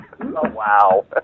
wow